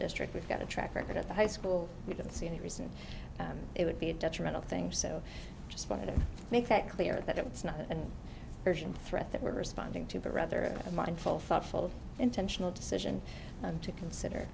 district we've got a track record of the high school we don't see any reason it would be detrimental things so i just wanted to make that clear that it's not an urgent threat that we're responding to but rather a mindful thoughtful intentional decision to consider